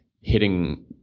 hitting